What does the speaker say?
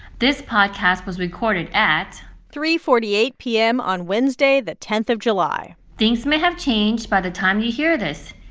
this podcast was recorded at. three forty eight p m. on wednesday the ten of july things may have changed by the time you hear this.